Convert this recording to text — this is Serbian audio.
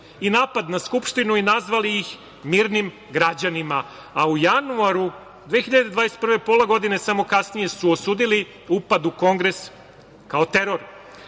i napad na Skupštinu i nazvali ih mirnim građanima, a u januaru 2021. godine, samo pola godine kasnije su osudili upad u Kongres kao teror. Hajde